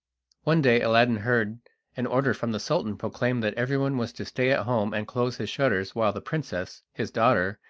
one day aladdin heard an order from the sultan proclaimed that everyone was to stay at home and close his shutters while the princess, his daughter,